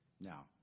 Now